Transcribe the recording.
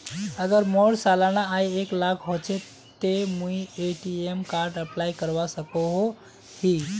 अगर मोर सालाना आय एक लाख होचे ते मुई ए.टी.एम कार्ड अप्लाई करवा सकोहो ही?